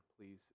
please